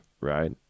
Right